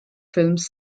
films